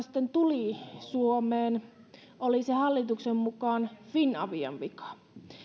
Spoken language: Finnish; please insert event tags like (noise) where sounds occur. (unintelligible) sitten tuli suomeen oli se hallituksen mukaan finavian vika